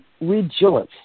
rejoice